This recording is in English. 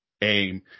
aim